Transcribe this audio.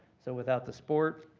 so without the sport,